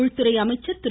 உள்துறை அமைச்சர் திரு